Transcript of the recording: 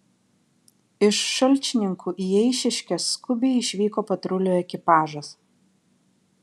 iš šalčininkų į eišiškes skubiai išvyko patrulių ekipažas